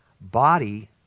Body